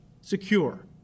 secure